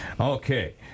okay